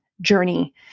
journey